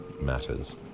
matters